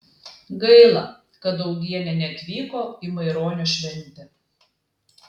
gaila kad augienė neatvyko į maironio šventę